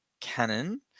cannon